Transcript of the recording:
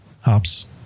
hops